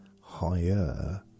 higher